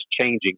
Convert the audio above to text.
changing